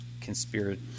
conspiracy